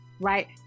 Right